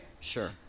sure